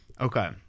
okay